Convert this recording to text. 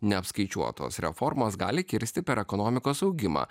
neapskaičiuotos reformos gali kirsti per ekonomikos augimą